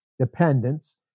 dependence